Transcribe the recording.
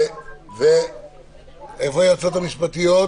ירים את ידו.